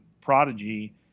prodigy